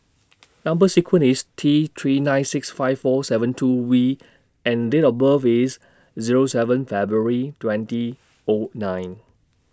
Number sequence IS T three nine six five four seven two V and Date of birth IS Zero seven February twenty O nine